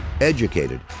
Educated